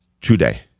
today